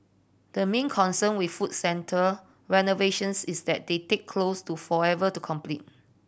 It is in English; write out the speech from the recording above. the main concern with food centre renovations is that they take close to forever to complete